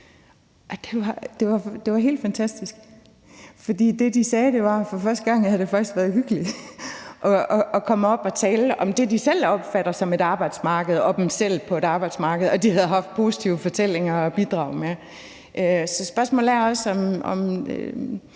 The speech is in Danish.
det var helt fantastisk, for det, de sagde, var, at for første gang havde det faktisk været hyggeligt at komme op og tale om det, de selv opfatter som et arbejdsmarked, og selv sig på et arbejdsmarked, og de havde haft positive fortællinger at bidrage med. Der er mange